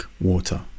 water